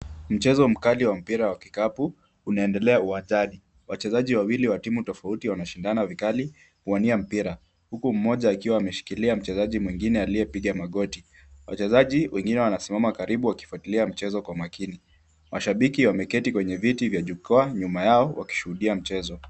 Mchezo mkali wa mpira wa kikapu unaendelea uwanjani. Wachezaji wawili wa timu tofauti wanashindana vikali, kuwania mpira huku mmoja akiwa ameshikilia mchezaji mwingine aliyepiga magoti. Wachezaji wengine wanasimama karibu wakifuatilia mchezo kwa makini. Mashabiki wameketi kwenye viti vya jukwaa nyuma yao wakishuhudia mchezo.